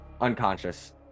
Unconscious